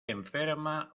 enferma